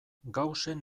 gaussen